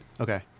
Okay